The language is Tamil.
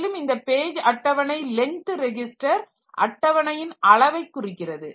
மேலும் இந்த பேஜ் அட்டவணை லெங்க்த் ரெஜிஸ்டர் அட்டவணையின் அளவை குறிக்கிறது